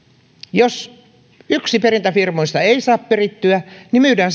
jos yksi perintäfirmoista ei saa perittyä niin myydään